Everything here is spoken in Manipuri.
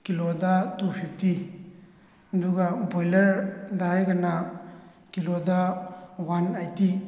ꯀꯤꯜꯂꯣꯗ ꯇꯨ ꯐꯤꯐꯇꯤ ꯑꯗꯨꯒ ꯕꯣꯏꯂꯔꯗ ꯍꯥꯏꯔꯒꯅ ꯀꯤꯜꯂꯣꯗ ꯋꯥꯟ ꯑꯥꯏꯠꯇꯤ